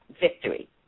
Victory